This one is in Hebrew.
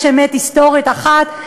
יש אמת היסטורית אחת,